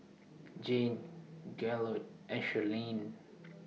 Jayne Gaylord and Shirleen